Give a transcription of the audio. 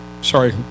Sorry